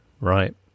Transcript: Right